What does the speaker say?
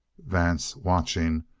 vance, watching,